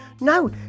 No